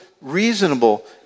reasonable